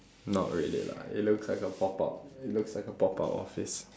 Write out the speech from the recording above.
not really lah it looks like a pop up it looks like a pop up office